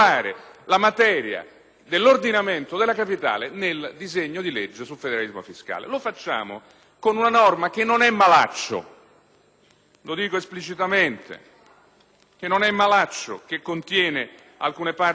dell'ordinamento della capitale nel disegno di legge sul federalismo fiscale. Lo facciamo con una manovra che non è «malaccio» - lo dico esplicitamente - e contiene alcune parti positive,